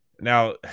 now